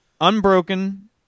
Unbroken